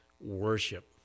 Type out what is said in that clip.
worship